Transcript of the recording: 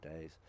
days